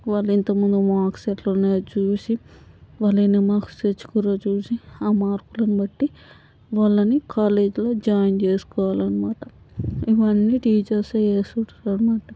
వాళ్ళు ఇంతకుముందు మార్క్స్ ఎట్లా ఉన్నాయో చూసి వాళ్ళు ఎన్ని మార్క్స్ తెచ్చుకున్రోనా చూసి ఆ మార్క్లని బట్టి వాళ్ళని కాలేజ్లో జాయిన్ చేసుకోవాలి అన్నమాట ఇవన్నీ టీచర్సే చేస్తుంటారు అన్నమాట